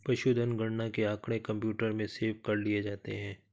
पशुधन गणना के आँकड़े कंप्यूटर में सेव कर लिए जाते हैं